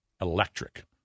electric